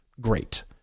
great